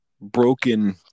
broken